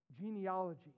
genealogy